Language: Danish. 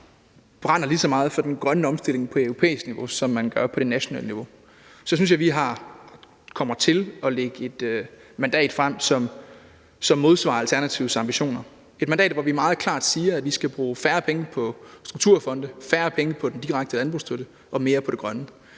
brænder lige så meget for den grønne omstilling på europæisk niveau, som man gør på det nationale niveau, synes jeg, vi kommer til at lægge et mandat frem, som modsvarer Alternativets ambitioner – et mandat, hvor vi meget klart siger, at vi skal bruge færre penge på strukturfonde, færre penge på den direkte landbrugsstøtte og flere på det grønne.